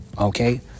okay